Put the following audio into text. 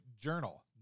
journal